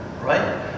Right